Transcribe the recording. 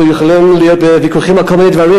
אנחנו יכולים להיות בוויכוחים על כל מיני דברים,